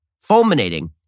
fulminating